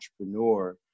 entrepreneur